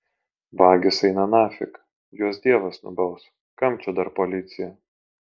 vagys eina nafig juos dievas nubaus kam čia dar policija